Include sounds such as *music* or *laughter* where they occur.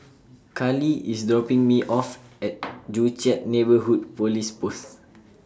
Carly IS dopping Me off At *noise* Joo Chiat Neighbourhood Police Post